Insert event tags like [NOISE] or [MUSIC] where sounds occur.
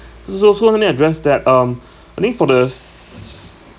this also need address that um [BREATH] I think for the [NOISE]